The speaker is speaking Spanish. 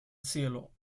cielo